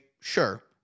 sure